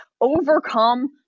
overcome